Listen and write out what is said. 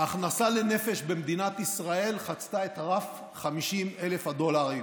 ההכנסה לנפש במדינת ישראל חצתה את רף ה-50,000 דולרים.